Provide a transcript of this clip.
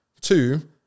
Two